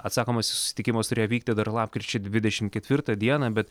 atsakomasis susitikimas turėjo vykti dar lapkričio dvidešimt ketvirtą dieną bet